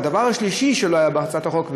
והדבר השלישי שלא היה בהצעת החוק,